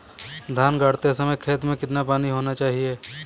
धान गाड़ते समय खेत में कितना पानी होना चाहिए?